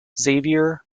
xavier